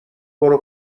برو